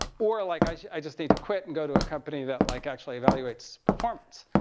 or like i should, i just need to quit and go to a company that like actually evaluates performance.